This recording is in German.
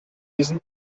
tresen